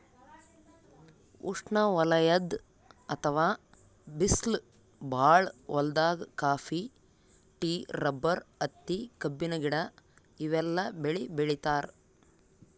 ಉಷ್ಣವಲಯದ್ ಅಥವಾ ಬಿಸ್ಲ್ ಭಾಳ್ ಹೊಲ್ದಾಗ ಕಾಫಿ, ಟೀ, ರಬ್ಬರ್, ಹತ್ತಿ, ಕಬ್ಬಿನ ಗಿಡ ಇವೆಲ್ಲ ಬೆಳಿ ಬೆಳಿತಾರ್